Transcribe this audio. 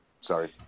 Sorry